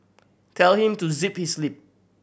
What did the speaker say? tell him to zip his lip